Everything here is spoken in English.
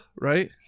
right